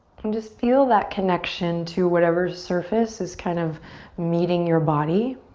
can just feel that connection to whatever surface is kind of meeting your body